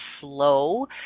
slow